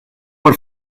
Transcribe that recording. por